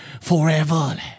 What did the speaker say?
forever